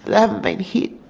they haven't been hit.